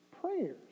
prayers